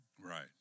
Right